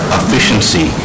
efficiency